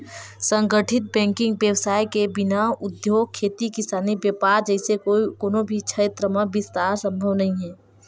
संगठित बेंकिग बेवसाय के बिना उद्योग, खेती किसानी, बेपार जइसे कोनो भी छेत्र म बिस्तार संभव नइ हे